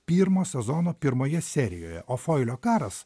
pirmo sezono pirmoje serijoje ofoilio karas